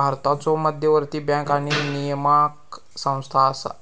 भारताचो मध्यवर्ती बँक आणि नियामक संस्था असा